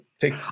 take